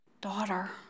daughter